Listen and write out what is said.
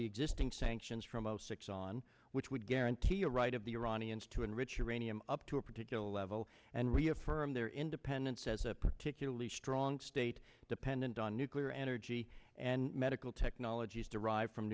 the existing sanctions from zero six on which would guarantee a right of the iranians to enrich uranium up to a particular level and reaffirm their independence as a particularly strong state dependent on nuclear energy and medical technologies derived from